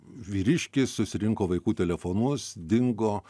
vyriškis susirinko vaikų telefonus dingo